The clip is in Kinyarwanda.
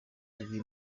ibi